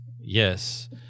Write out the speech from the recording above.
Yes